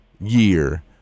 year